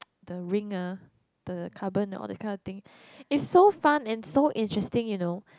the ring ah the carbon and all those kind of things it's so fun and so interesting you know